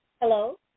hello